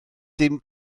dim